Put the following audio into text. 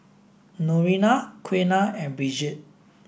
Noretta Quiana and Brigette